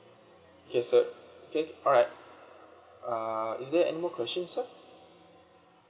okay sir okay alright uh is there any more question sir